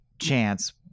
chance